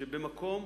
שבמקום